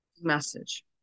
Message